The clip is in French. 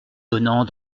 donnant